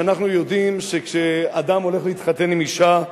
שאנחנו יודעים שכשאדם הולך להתחתן עם אשה,